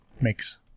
makes